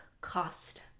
cost